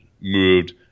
moved